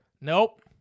Nope